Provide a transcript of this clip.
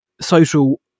social